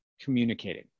communicating